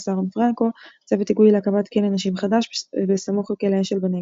אהרון פרנקו צוות היגוי להקמת כלא נשים חדש בסמוך לכלא אשל בנגב.